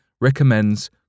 recommends